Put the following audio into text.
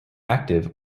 active